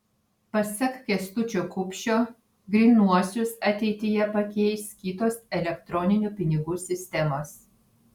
pasak kęstučio kupšio grynuosius ateityje pakeis kitos elektroninių pinigų sistemos